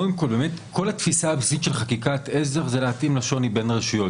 כל התפיסה הבסיסית של חקיקת עזר זה להתאים לשוני הקיים בין הרשויות.